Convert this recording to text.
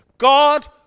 God